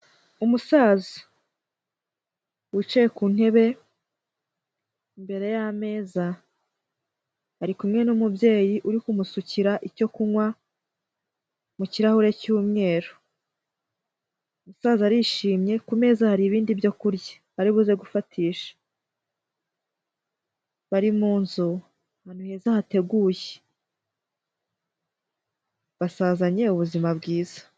Umusaza wicaye ku ntebe imbere y'ameza arikumwe n'umubyeyi uri kumusukira icyo kunywa mu kirahure cy'umweru umusaza arishimye ku meza hari abindi byo kurya ari buze gufatisha bari mu nzu ahantu heza hateguye basazanye ubuzima bwiza.